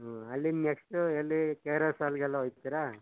ಹ್ಞೂ ಅಲ್ಲಿಂದ ನೆಕ್ಸ್ಟು ಎಲ್ಲಿ ಕೆ ಆರ್ ಎಸ್ ಅಲ್ಲಿಗೆಲ್ಲ ಹೋಯ್ತೀರಾ